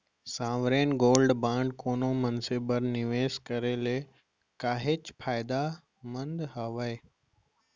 sovereign gold bond कोनो मनसे बर निवेस करे ले काहेच फायदामंद हावय